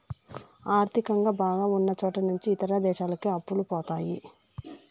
ఆర్థికంగా బాగా ఉన్నచోట నుంచి ఇతర దేశాలకు అప్పులు పోతాయి